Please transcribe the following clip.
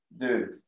Dude